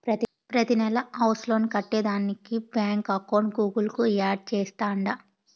ప్రతినెలా house loan కట్టేదానికి బాంకీ అకౌంట్ గూగుల్ కు యాడ్ చేస్తాండా